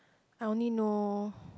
I know only